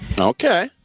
Okay